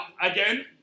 Again